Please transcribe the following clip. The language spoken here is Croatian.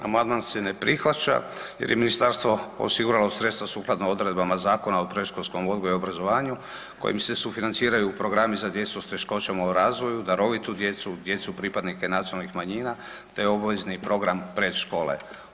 Amandman se ne prihvaća jer je ministarstvo osiguralo sredstva sukladno odredbama Zakona o predškolskom odgoju i obrazovanju kojim se sufinanciraju programi za djecu s teškoćama u razvoju, darovitu djecu, djecu pripadnike nacionalnih manjina, te obvezni program pred škole.